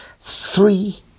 Three